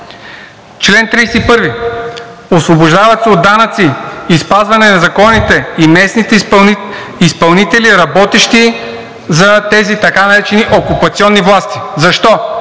„Чл. 31. Освобождават се от данъци и спазване на законите и местните изпълнители, работещи за тези така наречени окупационни власти.“ Защо?